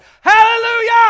Hallelujah